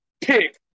pick